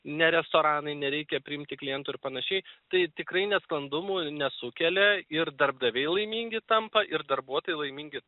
ne restoranai nereikia priimti klientų ir panašiai tai tikrai nesklandumų nesukelia ir darbdaviai laimingi tampa ir darbuotojai laimingi